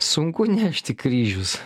sunku nešti kryžius